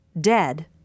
dead